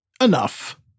Enough